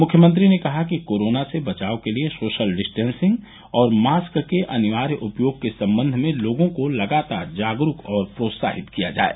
मुख्यमंत्री ने कहा कि कोरोना से बचाव के लिये सोशल डिस्टेंसिंग और मास्क के अनिवार्य उपयोग के संबंध में लोगों को लगातार जागरूक और प्रोत्साहित किया जाये